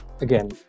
again